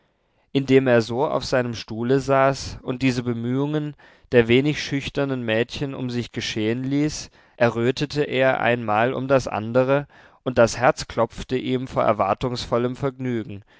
indem er so auf seinem stuhle saß und diese bemühungen der wenig schüchternen mädchen um sich geschehen ließ errötete er einmal um das andere und das herz klopfte ihm vor erwartungsvollem vergnügen